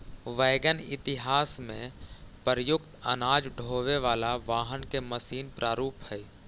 wagon इतिहास में प्रयुक्त अनाज ढोवे वाला वाहन के मशीन प्रारूप हई